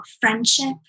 friendship